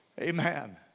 Amen